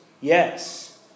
yes